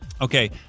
Okay